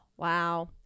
Wow